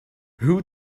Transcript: who